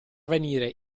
venire